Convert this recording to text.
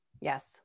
Yes